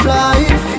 life